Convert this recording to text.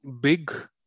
big